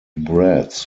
breads